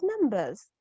numbers